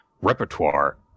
repertoire